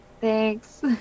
thanks